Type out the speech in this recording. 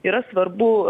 yra svarbu